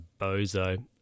bozo